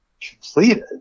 completed